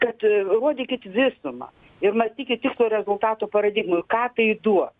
kad rodykit visumą ir mąstykit tikslo rezultato paradigmoj ką tai duos